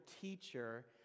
teacher